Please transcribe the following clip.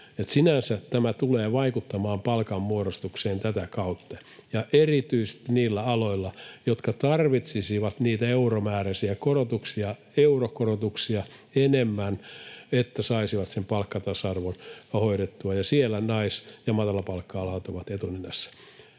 Sinänsä tämä tulee vaikuttamaan palkanmuodostukseen tätä kautta ja erityisesti niillä aloilla, jotka tarvitsisivat enemmän niitä euromääräisiä korotuksia, eurokorotuksia, jotta saisivat palkkatasa-arvon hoidettua, ja siellä nais- ja matalapalkka-alat ovat etunenässä.